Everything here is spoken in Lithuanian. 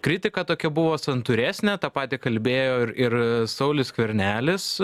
kritika tokia buvo santūresnė tą patį kalbėjo ir ir saulius skvernelis